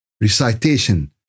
recitation